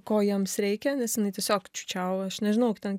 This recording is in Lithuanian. ko jiems reikia nes jinai tiesiog čiūčiavo aš nežinau ten